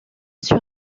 sûr